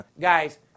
Guys